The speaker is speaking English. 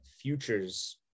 Futures